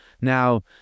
Now